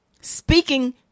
Speaking